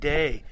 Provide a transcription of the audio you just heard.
Day